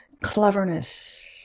cleverness